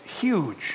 huge